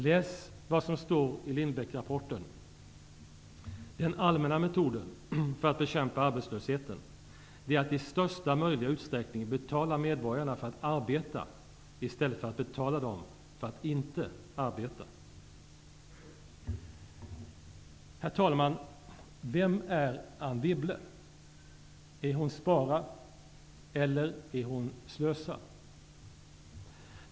Läs vad som står i Lindbeckrapporten: Den allmänna metoden -- för att bekämpa arbetslösheten -- är att i största möjliga utsträckning betala medborgarna för att arbeta i stället för att betala dem för att inte arbeta. Vem är Anne Wibble? Är hon Spara eller är hon Slösa?